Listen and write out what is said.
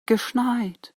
geschneit